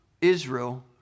Israel